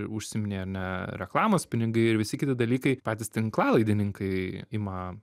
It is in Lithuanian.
ir užsiminei ane reklamos pinigai ir visi kiti dalykai patys tinklalaidininkai ima